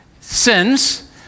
sins